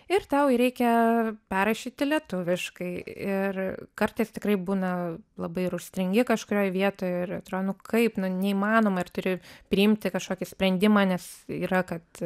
ir tau jį reikia perrašyti lietuviškai ir kartais tikrai būna labai ir užstringi kažkurioj vietoj ir atrodo nu kaip nu neįmanoma ir turi priimti kažkokį sprendimą nes yra kad